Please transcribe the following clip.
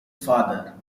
father